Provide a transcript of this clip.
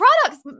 products